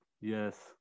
Yes